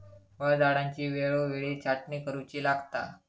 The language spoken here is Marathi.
फळझाडांची वेळोवेळी छाटणी करुची लागता